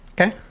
Okay